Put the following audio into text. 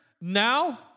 now